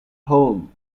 home